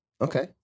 Okay